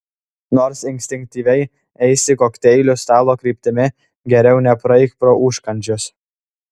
nors instinktyviai eisi kokteilių stalo kryptimi geriau nepraeik pro užkandžius